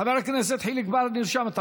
חבר הכנסת חיליק בר, נרשמת.